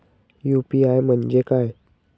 UPI म्हणजे काय?